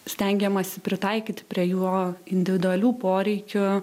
stengiamasi pritaikyti prie jo individualių poreikių